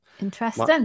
interesting